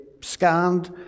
scanned